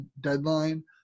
deadline